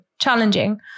challenging